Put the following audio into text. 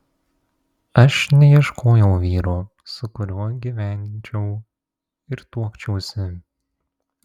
aš neieškojau vyro su kuriuo gyvenčiau ir tuokčiausi